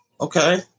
Okay